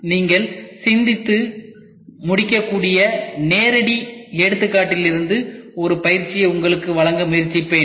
நீங்கள் சிந்தித்து முடிக்கக்கூடிய நேரடி எடுத்துக்காட்டுகளிலிருந்து ஒரு பயிற்சியை உங்களுக்கு வழங்க முயற்சிப்பேன்